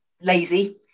lazy